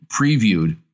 previewed